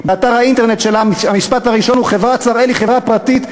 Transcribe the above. באתר האינטרנט שלה המשפט הראשון הוא: חברת "שראל" היא חברה פרטית,